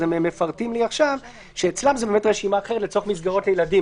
אז הם מפרטים לי עכשיו שאצלם זה באמת רשימה אחרת לצורך מסגרות ילדים,